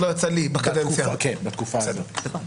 כן, בתקופה הזאת.